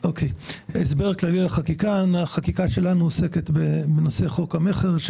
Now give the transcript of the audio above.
הסבר כללי על החקיקה החקיקה שלנו עוסקת בנושא חוק המכר,